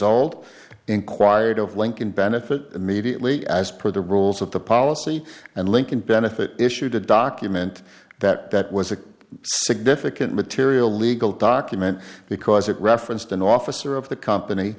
old inquired of lincoln benefit immediately as per the rules of the policy and lincoln benefit issued a document that that was a significant material legal document because it referenced an officer of the company